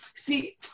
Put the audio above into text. See